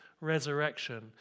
resurrection